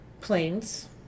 planes